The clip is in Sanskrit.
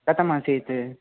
कथम् आसीत्